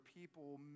people